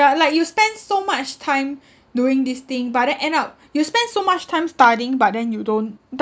but like you spend so much time doing this thing but then end up you spend so much time studying but then you don't